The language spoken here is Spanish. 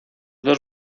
dos